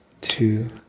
two